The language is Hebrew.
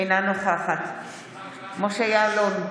אינה נוכחת משה יעלון,